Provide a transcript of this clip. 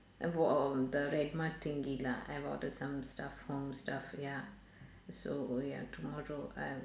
I bought uh the redmart thingy lah I bought uh some stuff some stuff ya so ya tomorrow I'll